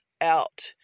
out